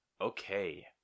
Okay